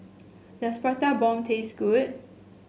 does Prata Bomb taste good